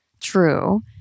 true